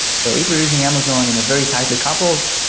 so if you're using amazon in a very tightly coupled,